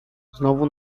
znowu